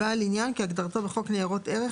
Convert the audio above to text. "בעל עניין" כהגדרתו בחוק ניירות ערך,